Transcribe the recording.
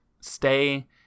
stay